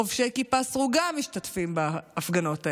חובשי כיפה סרוגה משתתפים בהפגנות האלה,